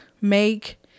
make